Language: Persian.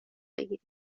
بگیری